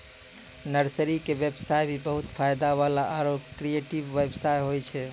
nursery के व्यवसाय भी बहुत फायदा वाला आरो क्रियेटिव व्यवसाय होय छै